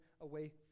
away